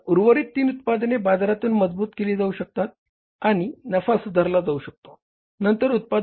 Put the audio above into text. तर उर्वरित तीन उत्पादने बाजारात मजबूत केली जाऊ शकतात आणि नफा सुधारला जाऊ शकतो